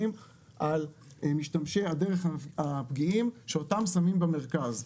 על משתמשי הדרך הפגיעים שאותם שמים במרכז.